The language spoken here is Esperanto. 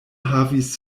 havis